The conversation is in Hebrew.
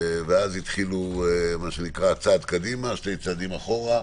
ואז התחילו צעד קדימה, שניים אחורה.